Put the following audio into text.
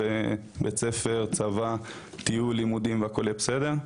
של בית ספר, צבא, טיול, לימודים והכל יהיה בסדר.